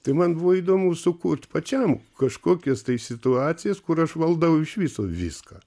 tai man buvo įdomu sukurt pačiam kažkokias tai situacijas kur aš valdau iš viso viską